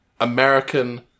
American